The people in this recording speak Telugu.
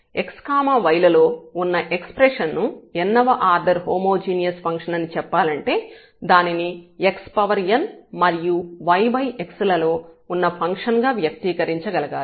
x y లలో ఉన్న ఎక్స్ప్రెషన్ ను n వ ఆర్డర్ హోమోజీనియస్ ఫంక్షన్ అని చెప్పాలంటే దానిని xn మరియు yx లలో ఉన్న ఫంక్షన్ గా వ్యక్తీకరించగలగాలి